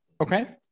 Okay